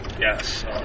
Yes